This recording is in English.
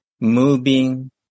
moving